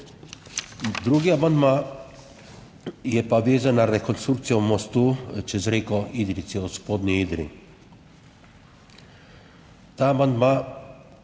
Drugi amandma je pa vezan na rekonstrukcijo mostu čez reko Idrijco v Spodnji Idriji. Ta amandma